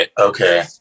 Okay